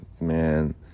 man